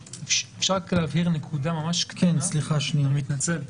לפי מה שאני מבינה ממשרד הבריאות,